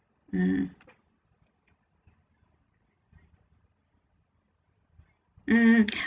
mm mmhmm